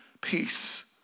peace